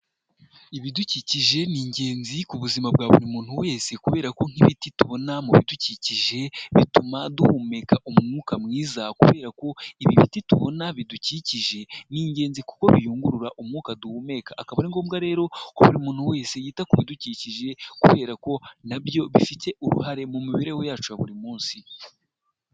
Ibidukikije ni ingenzi ku buzima bwa buri muntu wese kubera ko nk'ibiti tubona mu bidukikije bituma duhumeka umwuka mwiza kubera ko ibi biti tubona bidukikije ni ingenzi kuko biyungurura umwuka duhumeka, akaba ari ngombwa rero ko buri muntu wese yita ku bidukikije kubera ko na byo bifite uruhare mu mibereho yacu ya buri munsi.